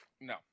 No